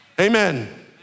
Amen